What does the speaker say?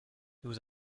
nous